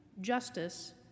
justice